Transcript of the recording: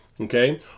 Okay